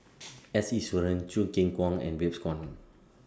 S Iswaran Choo Keng Kwang and Babes Conde